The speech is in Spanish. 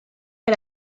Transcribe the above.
que